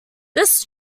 this